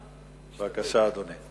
בבקשה, אדוני.